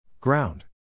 Ground